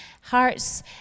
hearts